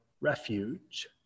refuge